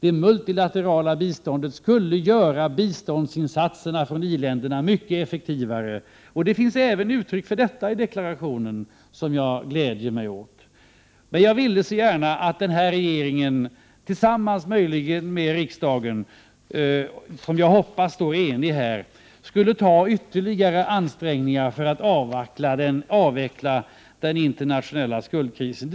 Det multilaterala biståndet skulle göra biståndsinsatserna från i-länderna mycket effektivare. Även för detta finns uttryck i deklarationen som jag gläder mig åt. Jag vill så gärna att denna regering, möjligen tillsammans med riksdagen, som jag hoppas är enig, skall göra ytterligare ansträngningar för att avveckla den internationella skuldkrisen.